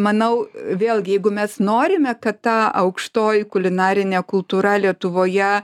manau vėlgi jeigu mes norime kad ta aukštoji kulinarinė kultūra lietuvoje